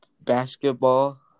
basketball